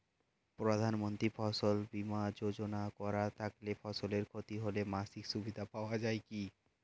প্রধানমন্ত্রী ফসল বীমা যোজনা করা থাকলে ফসলের ক্ষতি হলে মাসিক সুবিধা পাওয়া য়ায় কি?